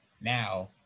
now